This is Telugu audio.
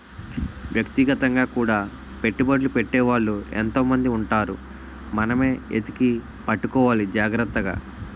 వ్యక్తిగతంగా కూడా పెట్టుబడ్లు పెట్టే వాళ్ళు ఎంతో మంది ఉంటారు మనమే ఎతికి పట్టుకోవాలి జాగ్రత్తగా